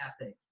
ethic